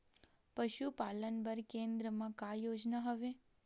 पशुपालन बर केन्द्र म का योजना हवे?